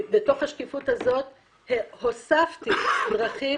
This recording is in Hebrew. בתוף השקיפות הזו הוספתי דרכי